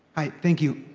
hi, thank you.